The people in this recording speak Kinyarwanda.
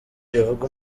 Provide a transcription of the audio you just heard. rivuga